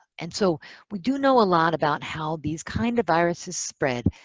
and so we do know a lot about how these kind of viruses spread.